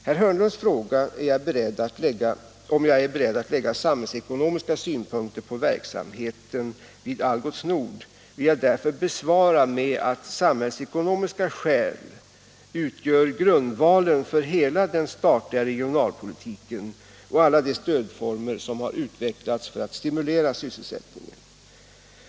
Herr Hörnlunds fråga om jag är beredd att lägga samhällsekonomiska synpunkter på verksamheten vid Algots Nord vill jag därför besvara med att samhällsekonomiska skäl utgör grundvalen för hela den statliga regionalpolitiken och alla de stödformer som har utvecklats för att stimulera sysselsättningen.